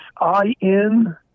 I-N